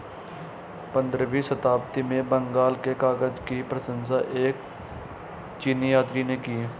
पंद्रहवीं शताब्दी में बंगाल के कागज की प्रशंसा एक चीनी यात्री ने की